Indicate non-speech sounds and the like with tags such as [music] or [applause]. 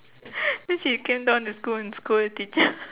[laughs] so she came down to school and scold the teacher